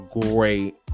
great